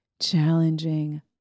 challenging